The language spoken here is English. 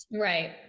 right